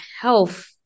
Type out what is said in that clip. health